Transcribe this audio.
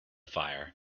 fire